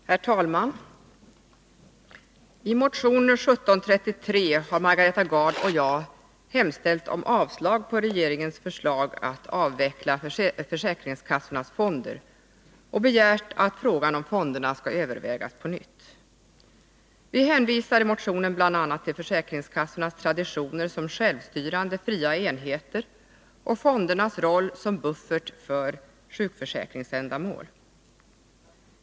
Herr talman! I motion 1733 har Margareta Gard och jag hemställt om avslag på regeringens förslag att avveckla försäkringskassornas fonder och begärt att frågan om fonderna skall övervägas på nytt. Vi hänvisar i motionen till bl.a. försäkringskassornas traditioner som självstyrande fria enheter och fondernas roll som buffert för sjukförsäkringsändamål.